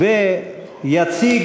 יציג